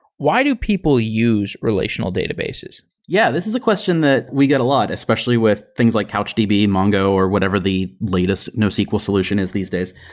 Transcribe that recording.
why do people use relational databases? yeah, this is a question that we get a lot, especially with things like couchdb, mongo or whatever the latest nosql solution is these days.